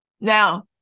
Now